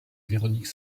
véronique